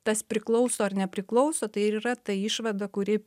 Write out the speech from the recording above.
tas priklauso ar nepriklauso tai ir yra ta išvada kuri